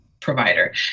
provider